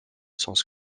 sens